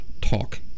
talk